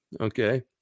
Okay